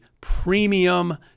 premium